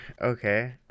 okay